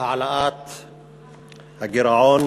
להעלאת הגירעון,